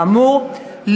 כאמור,